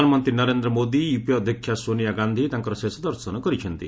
ପ୍ରଧାନମନ୍ତ୍ରୀ ନରେନ୍ଦ୍ର ମୋଦି ୟୁପିଏ ଅଧ୍ୟକ୍ଷା ସୋନିଆ ଗାନ୍ଧି ତାଙ୍କର ଶେଷ ଦର୍ଶନ କରିଛନ୍ତି